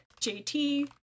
JT